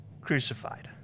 crucified